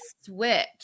switch